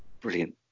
Brilliant